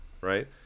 right